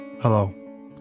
Hello